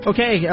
Okay